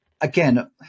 again